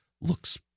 looks